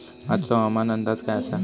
आजचो हवामान अंदाज काय आसा?